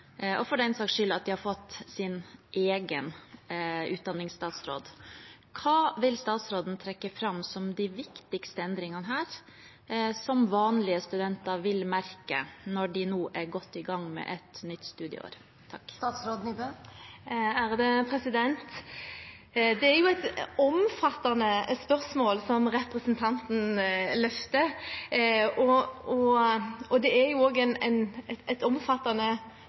og for den saks skyld at de har fått sin egen utdanningsstatsråd. Hva vil statsråden trekke fram som de viktigste endringene som vanlige studenter vil merke når de nå er godt i gang med et nytt studieår? Det er et omfattende spørsmål representanten løfter, og det er et omfattende